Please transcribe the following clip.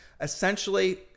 essentially